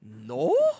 No